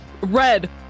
red